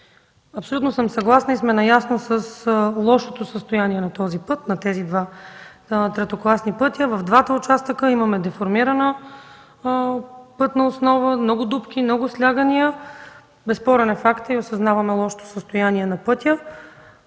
Абсолютно съм съгласна и сме наясно с лошото състояние на тези два третокласни пътя. В двата участъка имаме деформирана пътна основа, много дупки, много слягания. Безспорен е фактът и осъзнаваме лошото състояние на пътя.